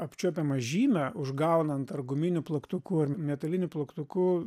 apčiuopiamą žymę užgaunant ar guminiu plaktuku ar metaliniu plaktuku